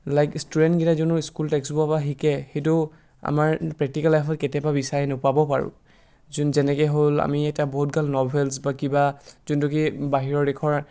like ষ্টুডেণ্টকেইটাই যোনটো school text বুকৰ পৰা শিকে সেইটো আমাৰ প্ৰেক্টিকেল লাইফত কেতিয়াবা বিচাৰি নাপাবও পাৰোঁ যোন যেনেকৈ হ'ল আমি এটা বহুত ন'ভেলছ বা কিবা যোনটো কি বাহিৰৰ দেশৰ